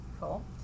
cool